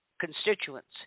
constituents